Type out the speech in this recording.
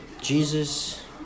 Jesus